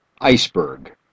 iceberg